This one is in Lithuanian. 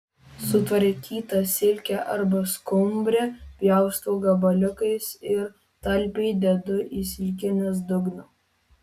sutvarkytą silkę arba skumbrę pjaustau gabaliukais ir talpiai dedu į silkinės dugną